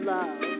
Love*